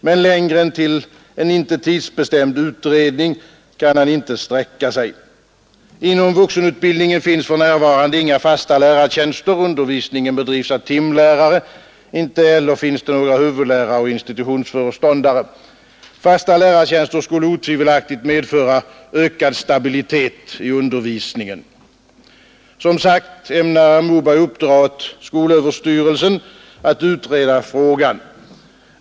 Men längre än till en inte tidsbestämd utredning kan han inte sträcka sig. Inom vuxenutbildningen finns för närvarande inga fasta lärartjänster. Undervisningen bedrivs av timlärare. Inte heller finns det några huvudlärare och institutionsföreståndare. Fasta lärartjänster skulle otvivelaktigt medföra ökad stabilitet i undervisningen. Statsrådet Moberg ämnar som sagt uppdra åt SÖ att utreda frågan.